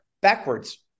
backwards